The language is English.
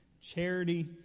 Charity